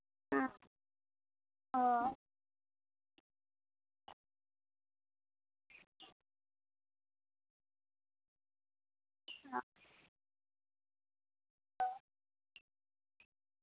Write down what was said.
ᱦᱮᱸ ᱚᱻ ᱚᱻ ᱚᱻ